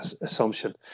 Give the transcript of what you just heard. assumption